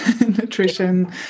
nutrition